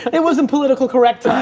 it wasn't politically correct.